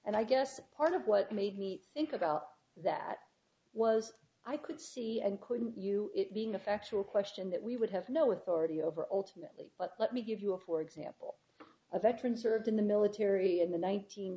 and i guess part of what made me think about that was i could see and couldn't you it being a factual question that we would have no authority over alternately but let me give you a for example a veteran served in the military in the